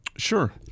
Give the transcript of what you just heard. Sure